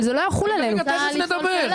תכף נדבר.